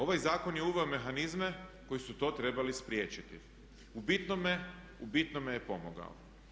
Ovaj zakon je uveo mehanizme koji su to trebali spriječili, u bitnome, u bitnome je pomagao.